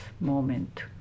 moment